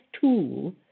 tool